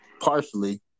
partially